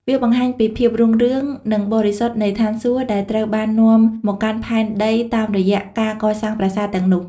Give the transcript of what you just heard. វាបង្ហាញពី ភាពរុងរឿង និងបរិសុទ្ធនៃស្ថានសួគ៌ ដែលត្រូវបាននាំមកកាន់ផែនដីតាមរយៈការកសាងប្រាសាទទាំងនោះ។